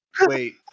Wait